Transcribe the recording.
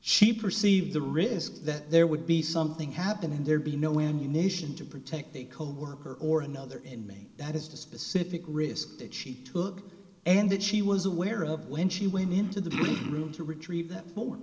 she perceived the risk that there would be something happen and there'd be no when your nation to protect a coworker or another inmate that is to specific risk that she took and that she was aware of when she went into the room to retrieve that